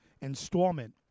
installment